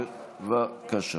בבקשה.